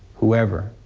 whoever.